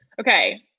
okay